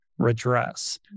redress